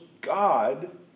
God